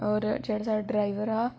और जेहड़ा साढ़ा ड्राइबर हा